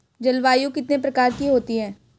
जलवायु कितने प्रकार की होती हैं?